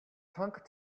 tank